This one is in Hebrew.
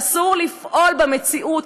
שאסור לפעול במציאות,